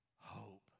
hope